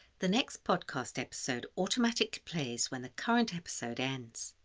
the next podcast episode automatic plays when the current episode ends.